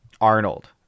Arnold